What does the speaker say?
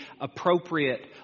appropriate